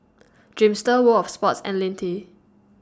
Dreamster World of Sports and Lindt